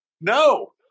No